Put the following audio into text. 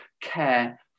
care